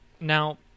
Now